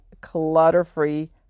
clutter-free